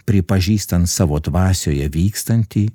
pripažįstant savo dvasioje vykstantį